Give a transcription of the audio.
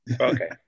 Okay